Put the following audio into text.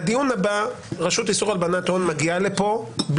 לדיון הבא הרשות לאיסור הלבנת הון מגיעה לכאן.